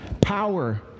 power